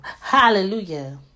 Hallelujah